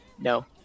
no